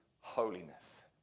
holiness